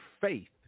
faith